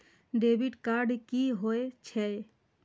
Debit card की होय छेय?